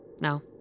no